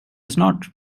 snart